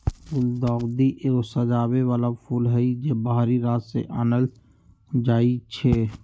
गुलदाऊदी एगो सजाबे बला फूल हई, जे बाहरी राज्य से आनल जाइ छै